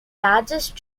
largest